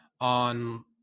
on